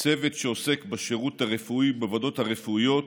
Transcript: צוות שעוסק בשירות הרפואי, בוועדות הרפואיות,